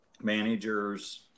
managers